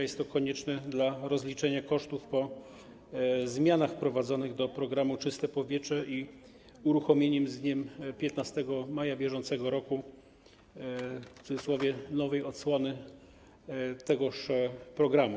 Jest to konieczne dla rozliczenia kosztów po zmianach wprowadzonych do programu „Czyste powietrze” i uruchomieniem z dniem 15 maja br., w cudzysłowie, nowej odsłony tegoż programu.